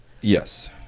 Yes